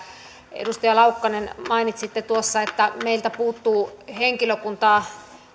edustaja laukkanen mainitsitte tuossa että meiltä puuttuu henkilökuntaa